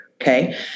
Okay